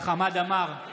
חמד עמאר,